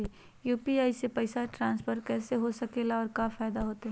UPI से पैसा transfer कैसे हो सके ला और का फायदा होएत?